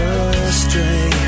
astray